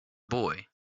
boy